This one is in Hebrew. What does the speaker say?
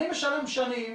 אני משלם שנים